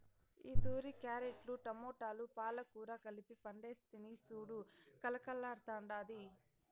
ఈతూరి క్యారెట్లు, టమోటాలు, పాలకూర కలిపి పంటేస్తిని సూడు కలకల్లాడ్తాండాది